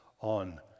On